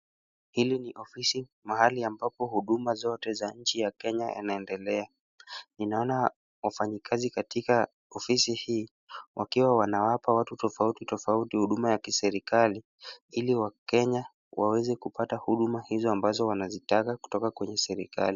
Hili ni ofisi mahali ambapo huduma zote za nchi ya Kenya yanaendelea. Ninaona wafanyakazi katika ofisi hii wakiwa wanawapa watu tofauti tofauti huduma ya kiserikali ili wakenya waweze kupata huduma hizo ambazo wanazitaka kutoka kwa serikali.